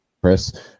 Chris